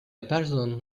person